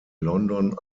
london